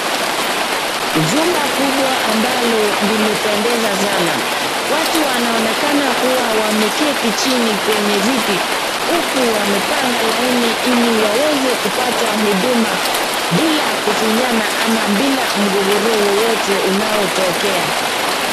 Jumba kubwa ambalo limependeza sana. Watu wanaonekana kuwa wameketi chini kwenye viti, huku wamepanga laini ili waweze kupata huduma bila kufinyana ama bila mgogoro wowote kutokea.